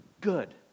good